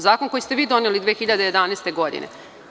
Zakon koji ste vi doneli 2011. godine.